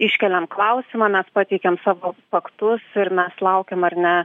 iškeliam klausimą mes pateikėm savo faktus ir mes laukiam ar ne